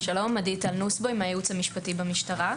שלום, אני מהייעוץ המשפטי במשטרה.